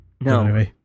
No